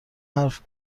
حرف